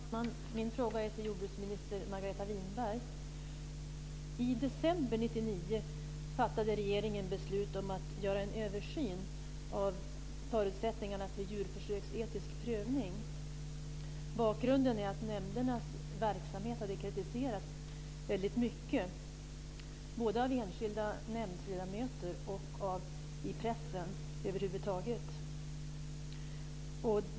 Fru talman! Min fråga går till jordbruksminister I december 1999 fattade regeringen beslut om att göra en översyn av förutsättningarna för djurförsöksetisk prövning. Bakgrunden är att nämndernas verksamhet hade kritiserats mycket, både av enskilda nämndsledamöter och i pressen över huvud taget.